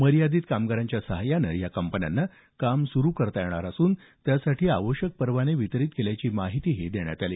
मर्यादित कामगारांच्या सहाय्यानं या कंपन्यांना काम सुरू करता येणार असून त्यासाठी आवश्यक परवाने वितरित केल्याची माहितीही देण्यात आली